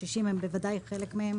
קשישים הם בוודאי חלק מהם,